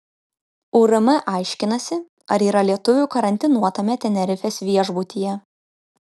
urm aiškinasi ar yra lietuvių karantinuotame tenerifės viešbutyje